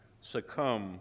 succumb